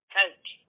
coach